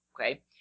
okay